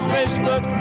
Facebook